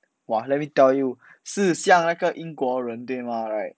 !wah! let me tell you 是像那个英国人对吗